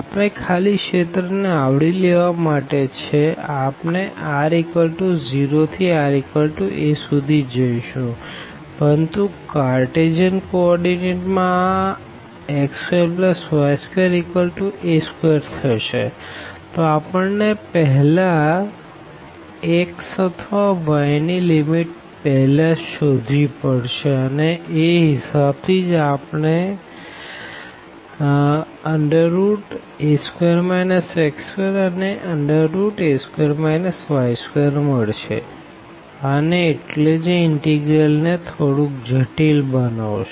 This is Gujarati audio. આપણે ખાલી રિજિયન ને આવરી લેવા માટે છેઆપણે r0 થી ra સુધી જઈશુંપરંતુ કાઅર્તેસિયન કો ઓર્ડીનેટ માં આ x2y2a2 થશેતો આપણને પેહલા x અથવા y ની લીમીટ પેહલા શોધવી પડશે અને એ હિસાબ થી જ આપણે a2 x2 અને a2 y2 મળશે અને એટલે જ એ ઇનટીગ્રલ ને થોરુક જટિલ બનાવશે